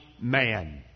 man